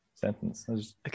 sentence